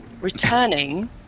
returning